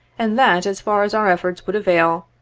and that, as far as our efforts would avail,